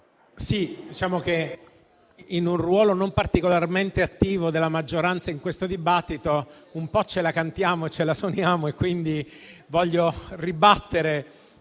diciamo che, con un ruolo non particolarmente attivo della maggioranza in questo dibattito, un po' ce la cantiamo e ce la suoniamo. Voglio quindi ribattere